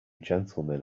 gentlemen